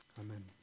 Amen